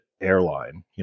airline